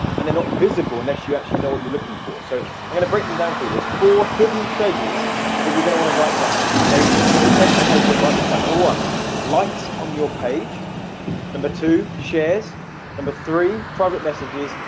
and they're not visible unless you actually know what you're looking for so i'm going to break them down for you this for hidden treasures that you're going to want to write down okay get your pen to paper and write this down number one likes on your page number two shares number three private messages,